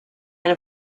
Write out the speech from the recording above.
and